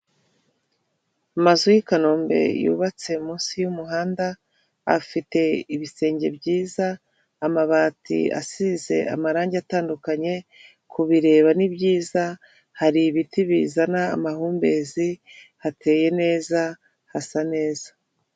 Amazu y'i kanombe yubatse munsi y'umuhanda, afite ibisenge byiza, amabati asize amarangi atandukanye kubireba nibyiza, hari ibiti bizana amahumbezi, hateye neza hasa neza.